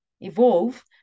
evolve